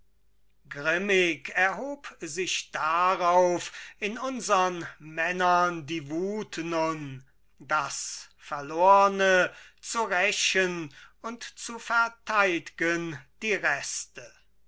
grimmig erhob sich darauf in unsern männern die wut nun das verlorne zu rächen und zu verteid'gen die reste